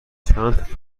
چند